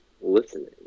listening